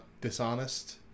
dishonest